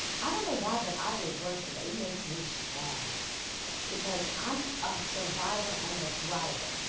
i don't know why but i've reversed it. it makes me strong because i'm a survivor and a thriver.